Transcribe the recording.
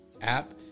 app